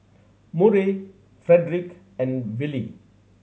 Murray Frederick and Wylie